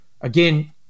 again